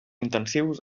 intensius